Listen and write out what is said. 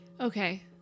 Okay